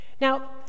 Now